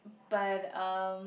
but um